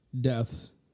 deaths